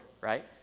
right